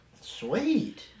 Sweet